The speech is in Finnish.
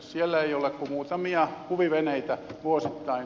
siellä ei ole kuin muutamia huviveneitä vuosittain